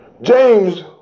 James